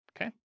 okay